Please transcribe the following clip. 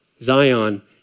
Zion